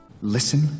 listen